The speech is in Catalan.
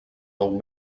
nou